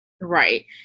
Right